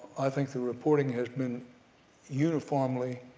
i think the reporting has been uniformly